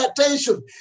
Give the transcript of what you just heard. attention